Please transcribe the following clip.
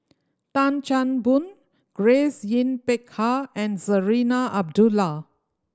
Tan Chan Boon Grace Yin Peck Ha and Zarinah Abdullah